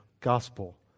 gospel